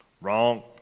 Wrong